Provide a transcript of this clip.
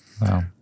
Wow